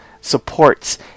supports